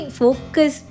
focus